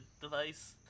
device